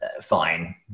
Fine